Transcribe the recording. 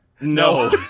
No